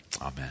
Amen